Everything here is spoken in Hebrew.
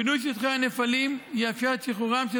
פינוי שטחי הנפלים יאפשר את שחרורם של